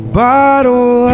bottle